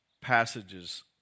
passages